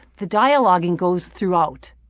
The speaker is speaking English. the dialoging goes throughout.